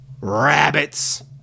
Rabbits